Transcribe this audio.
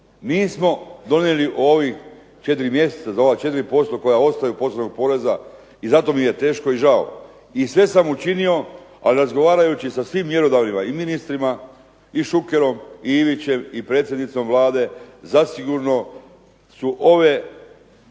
Mi smo donijeli u ovih 4 mjeseca za ova 4% koja ostaju posebnog poreza i zato mi je teško i žao i sve sam učinio ali razgovarajući sa svim mjerodavnima i ministrima i Šukerom, i Ivićem i predsjednicom Vlade, zasigurno su ove mjere